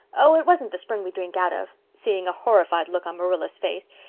oh, it wasn't the spring we drink out of. seeing a horrified look on marilla's face.